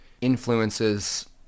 influences